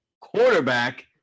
quarterback